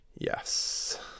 Yes